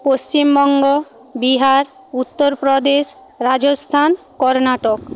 Paschimbanga Bihar Uttar Pradesh Rajasthan Karnataka